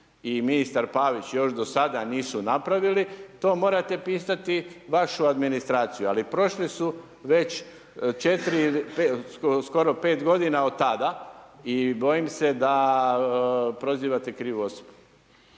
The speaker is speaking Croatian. i ministar Pavić još do sada nisu to morate pitati vašu administraciju. Ali prošli su već 4 ili skoro 5 godina od tada i bojim se da prozivate krivu osobu.